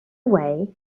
way